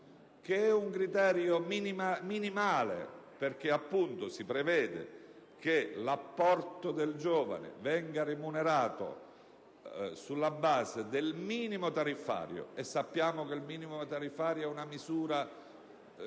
un criterio minimale: si prevede che l'apporto del giovane venga remunerato sulla base del minimo tariffario (e sappiamo che il minimo tariffario è una misura